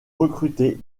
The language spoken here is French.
recrutés